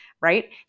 right